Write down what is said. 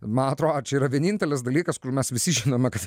man atrodo čia yra vienintelis dalykas kur mes visi žinome kad